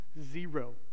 Zero